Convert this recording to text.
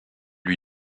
lui